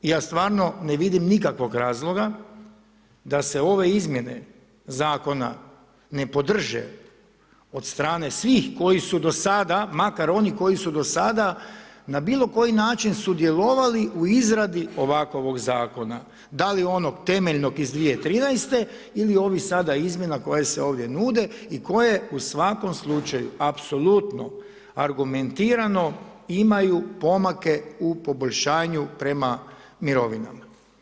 I ja stvarno ne vidim nikakvog razloga da se ove izmjene zakona ne podrže od strane svih koji su do sada makar oni koji su do sada na bilo koji način sudjelovali u izradi ovakovog zakona da li onog temeljnog iz 2013. ili ovih sada izmjena koje se ovdje nude i koje u svakom slučaju apsolutno argumentirano imaju pomake u poboljšanju prema mirovinama.